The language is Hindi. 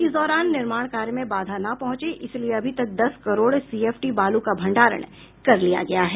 इस दौरान निर्माण कार्य में बाधा न पहुंचे इसलिए अभी तक दस करोड़ सीएफटी बालू का भंडारण कर लिया गया है